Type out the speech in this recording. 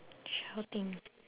shouting